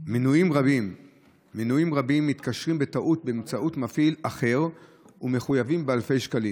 מנויים רבים מתקשרים בטעות באמצעות מפעיל אחר ומחויבים באלפי שקלים.